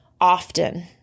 often